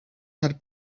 had